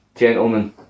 gentlemen